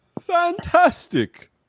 Fantastic